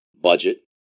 budget